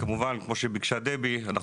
כמו שביקשה דבי גילד חיו,